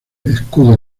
escudo